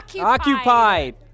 Occupied